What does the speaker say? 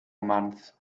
months